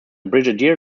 brigadier